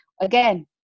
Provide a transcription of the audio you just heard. again